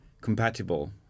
compatible